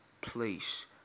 place